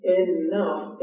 enough